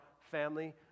family